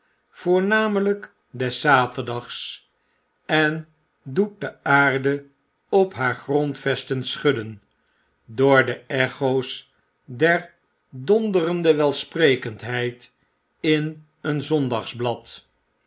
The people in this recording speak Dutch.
voornameljjk des zaterdags en doet de aarde op haar grondvesten schudden door de echo's der donderende welsprekendheid in een